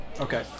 Okay